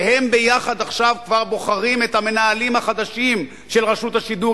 ועכשיו הם כבר בוחרים יחד את המנהלים החדשים של רשות השידור,